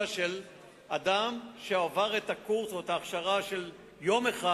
של אדם שעבר את הקורס או את ההכשרה של יום אחד,